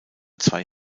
zwei